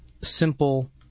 simple